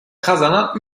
kazanan